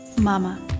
Mama